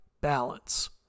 balance